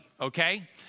okay